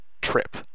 trip